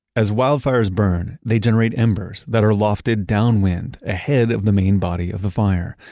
as wildfires burn, they generate embers that are lofted downwind ahead of the main body of the fire.